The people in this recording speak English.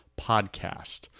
podcast